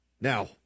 Now